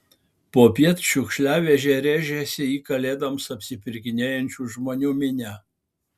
popiet šiukšliavežė rėžėsi į kalėdoms apsipirkinėjančių žmonių minią